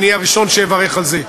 ואני הראשון שיברך על זה.